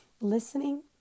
listening